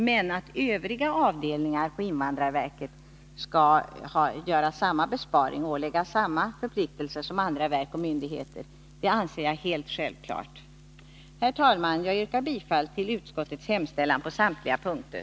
Men att övriga avdelningar på invandrarverket skall göra samma besparing och åläggas samma förpliktelser som andra verk och myndigheter anser jag helt självklart. Herr talman! Jag yrkar bifall till utskottets hemställan på samtliga punkter.